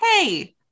Hey